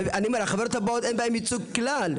לחברות רבות אין בעיה עם ייצוג כלל.